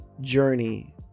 journey